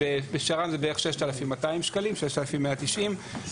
בשר"מ זה בערך 6,200 שקלים או 6,190 שקלים.